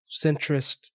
centrist